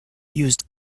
used